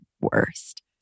worst